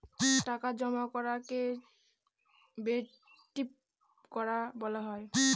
টাকা জমা করাকে ডেবিট করা বলা হয়